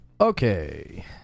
Okay